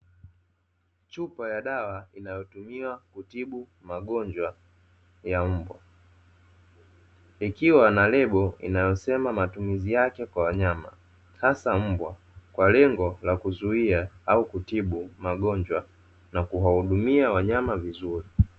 Chupa ya dawa inayotumiwa kutibu magonjwa ya mbwa. Ikiwa na lebo inayosema matumizi yake kwa wanyama hasa mbwa, kwa lengo la kuzuia au kutibu magonjwa na kuwahudumia wanyama vizuri.